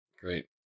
Great